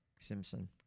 Simpson